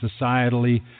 societally